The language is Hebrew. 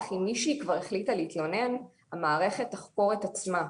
אם משהיא כבר החליטה להתלונן המערכת תחקור את עצמה.